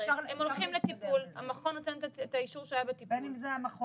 יש את כל הטיפולים השגרתיים שנמשכים בין שבוע ל-10 ימים,